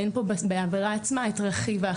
אין כאן בעבירה עצמה את רכיב האחראי.